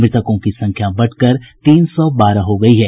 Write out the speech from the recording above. मृतकों की संख्या बढ़कर तीन सौ बारह हो गयी है